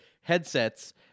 headsets